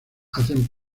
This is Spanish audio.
hacen